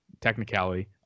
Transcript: technicality